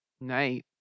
night